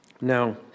Now